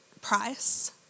price